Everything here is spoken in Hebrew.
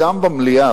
גם במליאה,